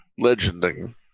legending